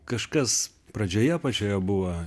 kažkas pradžioje apačioje buvo